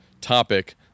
topic